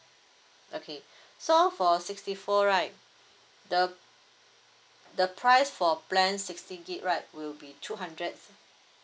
okay so for sixty four right the the price for plan sixty gigabyte right will be two hundred